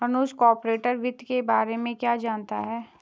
अनुज corporate वित्त के बारे में क्या जानता है?